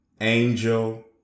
Angel